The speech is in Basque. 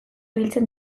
ibiltzen